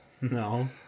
No